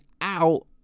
out